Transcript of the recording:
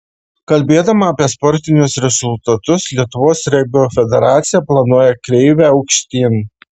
kalbėdama apie sportinius rezultatus lietuvos regbio federacija planuoja kreivę aukštyn